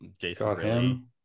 Jason